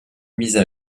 mises